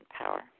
power